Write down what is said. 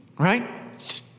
Right